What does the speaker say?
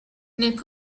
nel